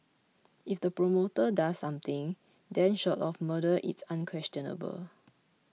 if the promoter does something then short of murder it's unquestionable